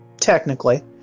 Technically